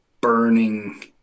burning